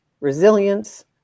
resilience